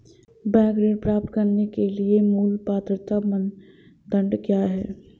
Bank ऋण प्राप्त करने के लिए मूल पात्रता मानदंड क्या हैं?